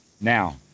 Now